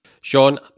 Sean